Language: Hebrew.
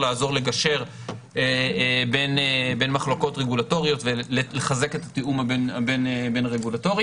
יותר לעזור לגשר בין מחלוקות רגולטוריות ולחזק את התיאום הבין-רגולטורי;